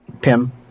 Pim